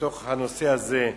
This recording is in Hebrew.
בתוך הנושא הזה,